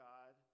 God